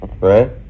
right